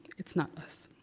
it's not us.